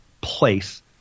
place